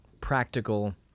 practical